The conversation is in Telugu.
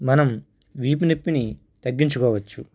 మనం వీపు నొప్పిని తగ్గించుకోవచ్చు